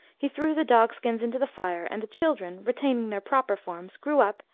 he threw the dog-skins into the fire, and the children, retaining their proper forms, grew up,